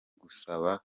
gusaba